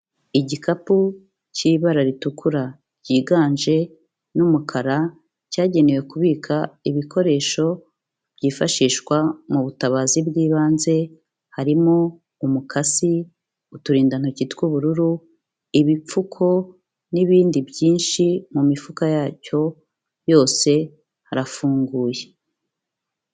Igikapu cy'ibara ritukura ryiganje n'umukara cyagenewe kubika ibikoresho byifashishwa mu butabazi bw'ibanze, harimo umukasi, uturindantoki tw'ubururu, ibipfuko n'ibindi byinshi, mu mifuka yacyo yose harafunguye.